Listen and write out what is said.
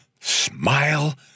smile